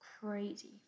crazy